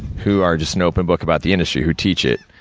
who are just an open book about the industry, who teach it.